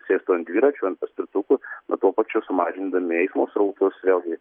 sėstų ant dviračių ant paspirtukų o tuo pačiu sumažindami eismo srautus vėl gi